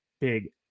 big